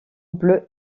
bleu